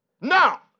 Now